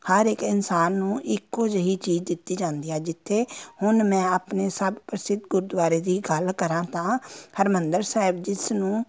ਹਰ ਇੱਕ ਇਨਸਾਨ ਨੂੰ ਇੱਕੋ ਜਿਹੀ ਚੀਜ਼ ਦਿੱਤੀ ਜਾਂਦੀ ਹੈ ਜਿੱਥੇ ਹੁਣ ਮੈਂ ਆਪਣੇ ਸਭ ਪ੍ਰਸਿੱਧ ਗੁਰਦੁਆਰੇ ਦੀ ਗੱਲ ਕਰਾਂ ਤਾਂ ਹਰਿਮੰਦਰ ਸਾਹਿਬ ਜਿਸ ਨੂੰ